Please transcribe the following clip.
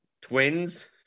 twins